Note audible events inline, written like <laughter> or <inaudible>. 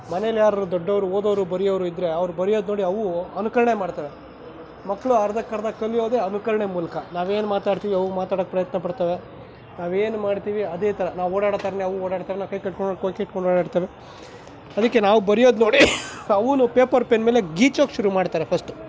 ಮನೆಲಿ ಯಾರು ದೊಡ್ಡವರು ಓದೋವ್ರು ಬರಿಯೋರು ಇದ್ದರೆ ಅವರು ಬರಿಯೋದು ನೋಡಿ ಅವು ಅನುಕರಣೆ ಮಾಡ್ತವೆ ಮಕ್ಕಳು ಅರ್ಧಕ್ಕೆ ಅರ್ಧ ಕಲಿಯೋದೇ ಅನುಕರಣೆ ಮೂಲಕ ನಾವು ಏನು ಮಾತಾಡ್ತೀವಿ ಅವು ಮಾತಾಡೋಕೆ ಪ್ರಯತ್ನಪಡ್ತಾವೆ ನಾವು ಏನು ಮಾಡ್ತೀವಿ ಅದೇ ಥರ ನಾವು ಓಡಾಡೋ ಥರನೇ ಅವು ಓಡಾಡ್ತವೆ ಕೈ ಕಟ್ಕೊಂಡು <unintelligible> ಓಡಾಡ್ತವೆ ಅದಕ್ಕೆ ನಾವು ಬರಿಯೋದು ನೋಡಿ ಅವ್ನು ಪೇಪರ್ ಪೆನ್ ಮೇಲೆ ಗೀಚೋಕೆ ಶುರು ಮಾಡ್ತಾರೆ ಫಸ್ಟ್